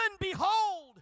behold